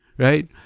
Right